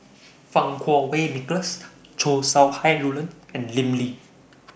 Fang Kuo Wei Nicholas Chow Sau Hai Roland and Lim Lee